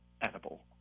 edible